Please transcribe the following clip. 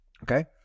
Okay